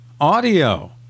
audio